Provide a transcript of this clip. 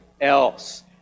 else